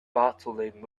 battling